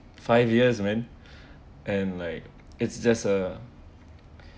five years man and like it's just uh